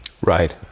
Right